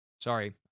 Sorry